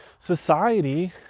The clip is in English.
society